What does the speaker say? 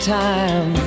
time